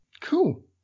cool